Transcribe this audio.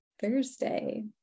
Thursday